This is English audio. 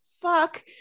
fuck